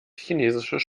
chinesisches